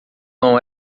não